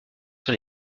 sur